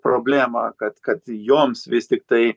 problemą kad kad joms vis tiktai